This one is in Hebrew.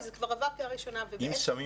זה כבר עבר קריאה ראשונה ובעצם --- אם שמים